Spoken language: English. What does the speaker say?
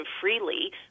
freely